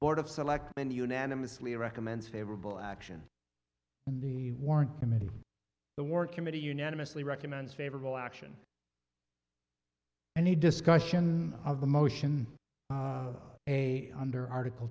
board of selectmen unanimously recommends favorable action in the warrant committee the work committee unanimously recommend favorable action and a discussion of the motion a under article